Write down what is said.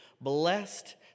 blessed